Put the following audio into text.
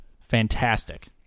fantastic